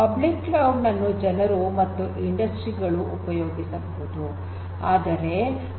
public cloud ನನ್ನು ಜನರು ಮತ್ತು ಇಂಡಸ್ಟ್ರಿ ಗಳು ಉಪಯೋಗಿಸಬಹುದು